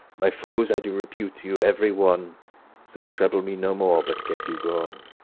my foes i do repute you every one so trouble me no more, but get you gone.